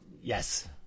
yes